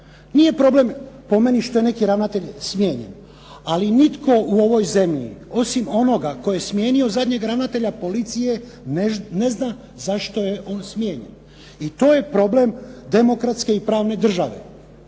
Nije problem po meni što je neki ravnatelj smijenjen, ali nitko u ovoj zemlji osim onoga tko je smijenio zadnjeg ravnatelja policije ne zna zašto je on smijenjen. I to je problem demokratske i pravne države.